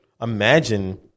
imagine